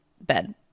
Bed